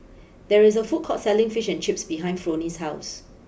there is a food court selling Fish and Chips behind Fronie's house